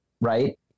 right